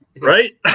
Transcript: right